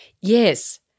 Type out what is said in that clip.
Yes